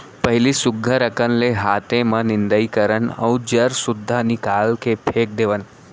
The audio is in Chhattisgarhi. पहिली सुग्घर अकन ले हाते म निंदई करन अउ जर सुद्धा निकाल के फेक देवन